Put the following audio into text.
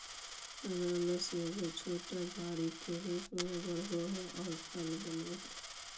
अनानास एगो छोटा झाड़ी के रूप में बढ़ो हइ और फल बनो हइ